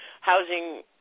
housing